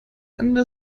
ende